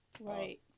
right